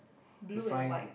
blue and white